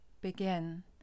begin